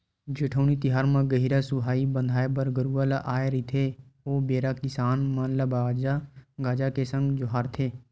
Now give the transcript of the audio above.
जेठउनी तिहार म गहिरा सुहाई बांधे बर गरूवा ल आय रहिथे ओ बेरा किसान मन ल बाजा गाजा के संग जोहारथे